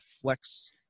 flex